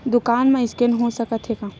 दुकान मा स्कैन हो सकत हे का?